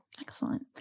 Excellent